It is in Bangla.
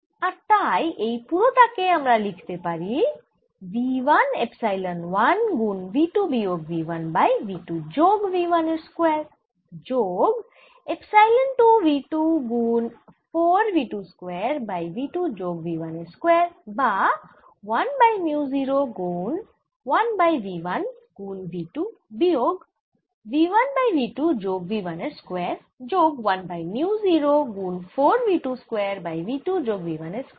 আর তাই এই পুরোটা কে আমরা লিখতে পারি v 1 এপসাইলন 1 গুন v 2 বিয়োগ v 1 বাই v 2 যোগ v 1 এর স্কয়ার যোগ এপসাইলন 2 v 2 গুন 4 v 2 স্কয়ার বাই v 2 যোগ v 1 এর স্কয়ার বা 1 বাই মিউ 0 গুন 1 বাই v 1 গুন v 2 বিয়োগ v 1 বাই v 2 যোগ v 1 এর স্কয়ার যোগ 1 বাই মিউ 0 গুন 4 v 2 স্কয়ার বাই v 2 যোগ v 1 এর স্কয়ার